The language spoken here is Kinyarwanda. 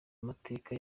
amateka